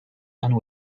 and